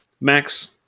Max